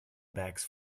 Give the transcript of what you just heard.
bags